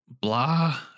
blah